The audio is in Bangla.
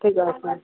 ঠিক আছে